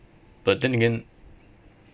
but then again